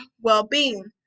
well-being